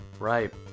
Right